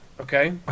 okay